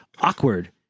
awkward